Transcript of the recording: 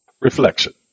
Reflection